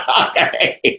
Okay